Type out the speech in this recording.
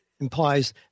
implies